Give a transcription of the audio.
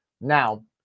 Now